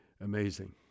Amazing